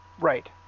right